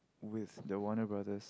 with the Warner-Brothers